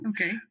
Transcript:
Okay